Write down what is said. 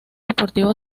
deportivo